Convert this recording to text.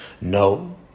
No